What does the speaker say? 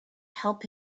help